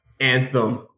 Anthem